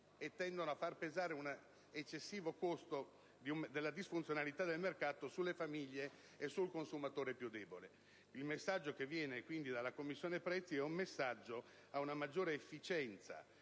mercato e a far pesare l'eccessivo costo della disfunzionalità del mercato stesso sulle famiglie e sul consumatore più debole. Il messaggio che viene dalla Commissione prezzi è finalizzato ad una maggiore efficienza